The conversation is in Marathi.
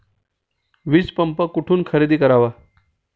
वीजपंप कुठून खरेदी करावा?